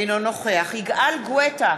אינו נוכח יגאל גואטה,